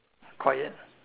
quiet